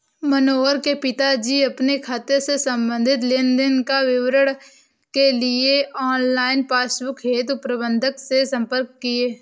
मनोहर के पिताजी अपने खाते से संबंधित लेन देन का विवरण के लिए ऑनलाइन पासबुक हेतु प्रबंधक से संपर्क किए